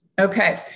Okay